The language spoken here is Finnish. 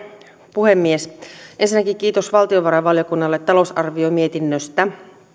puhemies ensinnäkin kiitos valtiovarainvaliokunnalle talousarviomietinnöstä